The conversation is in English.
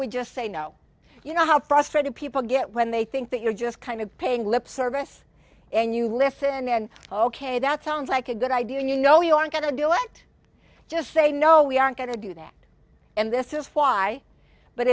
we just say no you know how frustrated people get when they think that you're just kind of paying lip service and you listen and ok that sounds like a good idea and you know you aren't going to do it just say no we aren't going to do that and this is why but